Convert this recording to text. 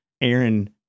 Aaron